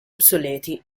obsoleti